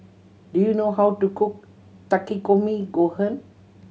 do you know how to cook Takikomi Gohan